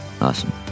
Awesome